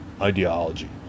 ideology